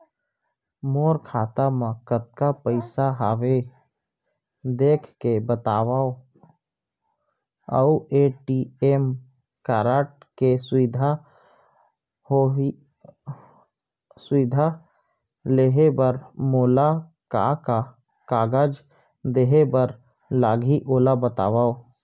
मोर खाता मा कतका पइसा हवये देख के बतावव अऊ ए.टी.एम कारड के सुविधा लेहे बर मोला का का कागज देहे बर लागही ओला बतावव?